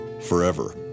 forever